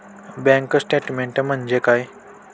Bank statement म्हणजे काय?